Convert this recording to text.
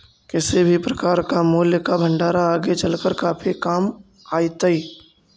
किसी भी प्रकार का मूल्य का भंडार आगे चलकर काफी काम आईतई